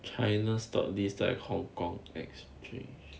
china's stock list 在 hong-kong exchange